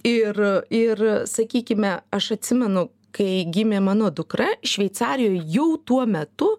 ir ir sakykime aš atsimenu kai gimė mano dukra šveicarijoj jau tuo metu